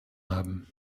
haben